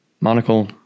monocle